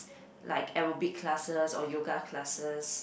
like aerobic classes or yoga classes